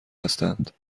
هستند